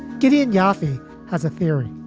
gideon yaphe ah has a theory